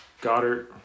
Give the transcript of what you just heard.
Goddard